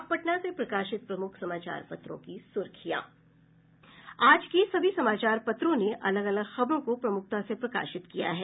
अब पटना से प्रकाशित प्रमुख समाचार पत्रों की सुर्खियां आज के सभी समाचार पत्रों ने अलग अलग खबरों को प्रमुखता से प्रकाशित किया है